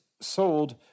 sold